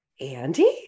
Andy